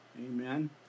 Amen